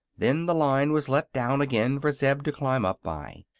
then the line was let down again for zeb to climb up by.